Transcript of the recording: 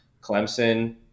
Clemson